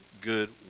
good